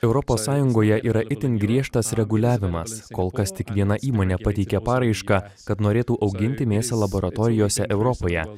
europos sąjungoje yra itin griežtas reguliavimas kol kas tik viena įmonė pateikė paraišką kad norėtų auginti mėsą laboratorijose europoje